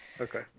Okay